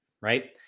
right